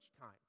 time